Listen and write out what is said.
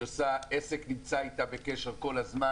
העסק נמצא איתה בקשר כל הזמן.